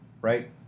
Right